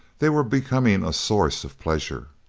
they were becoming a source of pleasure.